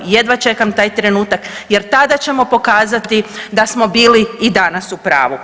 Jedva čekam taj trenutak, jer tada ćemo pokazati da smo bili i danas u pravu.